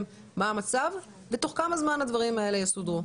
מה המצב ותוך כמה זמן הדברים האלה יסודרו.